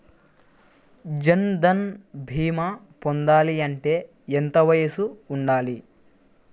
జన్ధన్ భీమా పొందాలి అంటే ఎంత వయసు ఉండాలి?